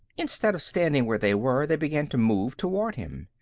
instead of standing where they were, they began to move toward him.